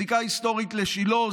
זיקה היסטורית לשילה,